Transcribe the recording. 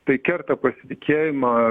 tai kerta pasitikėjimą